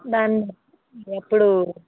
దాన్ని అప్పుడు